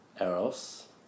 eros